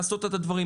לעשות את הדברים,